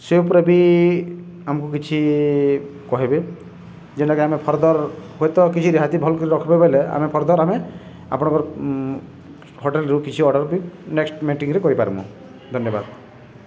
ସେ ଉପରେ ବି ଆମକୁ କିଛି କହିବେ ଯେନ୍ଟକି ଆମେ ଫର୍ଦର ହୁଏତ କିଛି ରିହାତି ଭଲ ରଖିବ ବଲେ ଆମେ ଫର୍ଦର ଆମେ ଆପଣଙ୍କର ହୋଟେଲରୁ କିଛି ଅର୍ଡ଼ର ବି ନେକ୍ସଟ ମିଟିଂରେ କରିପାରମୁ ଧନ୍ୟବାଦ